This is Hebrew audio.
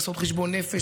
לעשות חשבון נפש.